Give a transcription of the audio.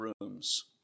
rooms